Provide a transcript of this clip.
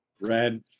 Red